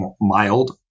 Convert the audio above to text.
mild